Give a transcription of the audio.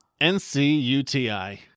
n-c-u-t-i